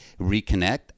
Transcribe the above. reconnect